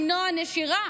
למנוע נשירה